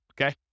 okay